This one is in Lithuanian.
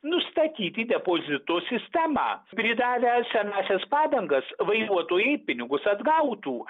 nustatyti depozito sistema pridavę senąsias padangas vairuotojai pinigus atgautų